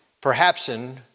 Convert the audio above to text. perhaps-in